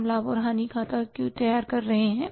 हम लाभ और हानि खाता क्यों तैयार कर रहे हैं